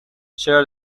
چرا